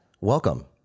Welcome